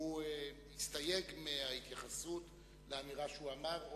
הוא הסתייג מההתייחסות לאמירה שהוא אמר,